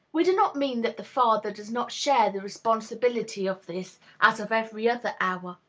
we do not mean that the father does not share the responsibility of this, as of every other hour.